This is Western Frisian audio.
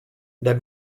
dêr